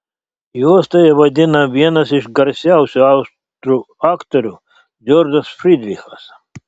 juostoje vaidina vienas iš garsiausių austrų aktorių džordžas frydrichas